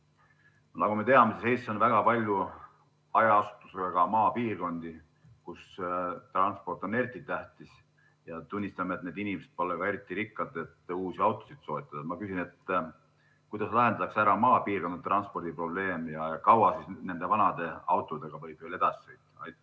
Eestis väga palju hajaasustusega maapiirkondi, kus transport on eriti tähtis. Tunnistame, et need inimesed pole eriti rikkad, et uusi autosid soetada. Ma küsin, kuidas lahendatakse ära maapiirkonna transpordiprobleem ja kui kaua nende vanade autodega võib veel sõita.